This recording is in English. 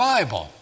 Bible